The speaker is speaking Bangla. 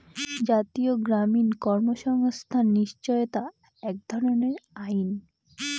জাতীয় গ্রামীণ কর্মসংস্থান নিশ্চয়তা এক ধরনের আইন